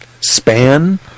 span